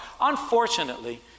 Unfortunately